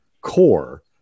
core